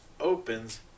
opens